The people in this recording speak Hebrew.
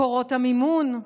מקורות המימון,